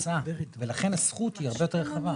ולכן הזכות היא הרבה יותר רחבה,